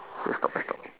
let's stop let's stop